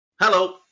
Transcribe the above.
Hello